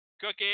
Cookie